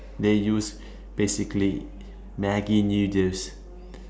they use basically maggi noodles